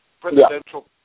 presidential